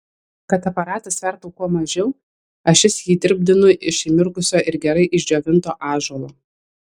kad aparatas svertų kuo mažiau ašis jį dirbdinu iš įmirkusio ir gerai išdžiovinto ąžuolo